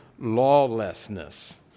lawlessness